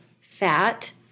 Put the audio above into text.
fat